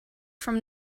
from